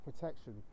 protection